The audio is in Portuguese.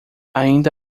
ainda